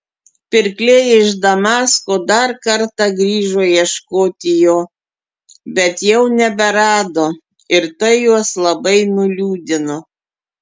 pirkliai iš damasko dar kartą grįžo ieškoti jo bet jau neberado ir tai juos labai nuliūdino